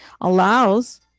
allows